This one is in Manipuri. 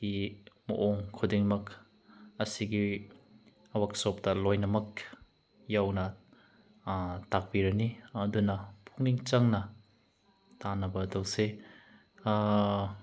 ꯒꯤ ꯃꯑꯣꯡ ꯈꯨꯗꯤꯡꯃꯛ ꯑꯁꯤꯒꯤ ꯋꯥꯛꯁꯣꯞꯇ ꯂꯣꯏꯅꯃꯛ ꯌꯥꯎꯅ ꯇꯥꯛꯄꯤꯔꯅꯤ ꯑꯗꯨꯅ ꯄꯤꯛꯅꯤꯡ ꯆꯪꯅ ꯇꯥꯅꯕ ꯇꯧꯁꯦ